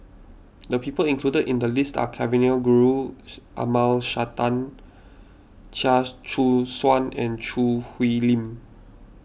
the people included in the list are Kavignareru Amallathasan Chia Choo Suan and Choo Hwee Lim